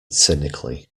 cynically